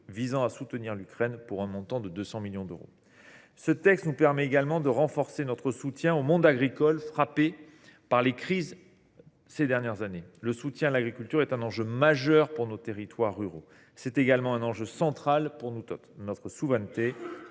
afin de soutenir l’Ukraine, pour un montant de 200 millions d’euros. Ce texte nous permet également de renforcer notre soutien au monde agricole, frappé par les crises de ces dernières années. Le soutien à l’agriculture est un enjeu majeur pour les territoires ruraux. C’est également un enjeu central pour notre souveraineté,